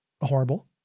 horrible